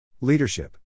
Leadership